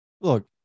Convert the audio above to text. Look